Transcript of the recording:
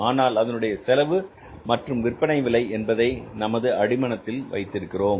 ஆனால் அதனுடைய செலவு மற்றும் விற்பனை விலை என்பதை நமது அடிமனதில் வைத்திருக்கிறோம்